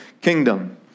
kingdom